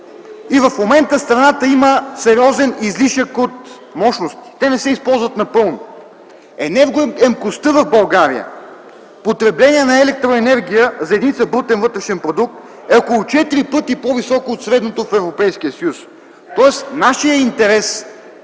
И в момента в страната има сериозен излишък от мощности, те не се използват напълно. Енергоемкостта в България, потреблението на електроенергия за единица брутен вътрешен продукт е около четири пъти повече от средното в Европейския съюз.